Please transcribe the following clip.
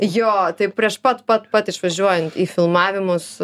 jo taip prieš pat pat pat išvažiuojant į filmavimus